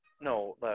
No